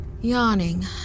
Yawning